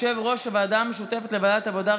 יושב-ראש הוועדה המשותפת לוועדת העבודה,